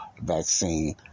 vaccine